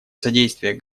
содействие